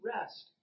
rest